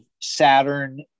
Saturn